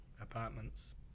apartments